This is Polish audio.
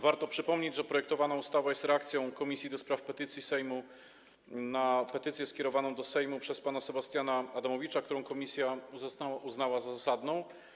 Warto przypomnieć, że projektowana ustawa jest reakcją Komisji do Spraw Petycji na petycję skierowaną do Sejmu przez pana Sebastiana Adamowicza, którą komisja uznała za zasadną.